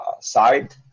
side